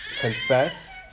confess